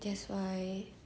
that's why mm